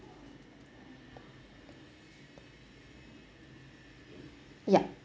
yup